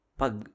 pag